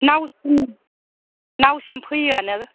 नावसिम नावसिम फैया नो